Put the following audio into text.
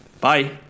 Bye